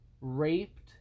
raped